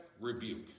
rebuke